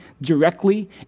directly